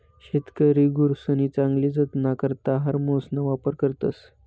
शेतकरी गुरसनी चांगली जातना करता हार्मोन्सना वापर करतस